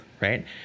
right